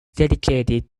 dedicated